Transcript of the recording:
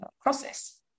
process